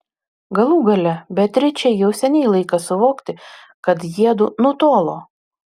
galų gale beatričei jau seniai laikas suvokti kad jiedu nutolo